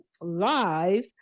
live